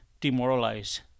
demoralize